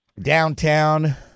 Downtown